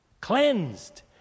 cleansed